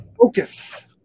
focus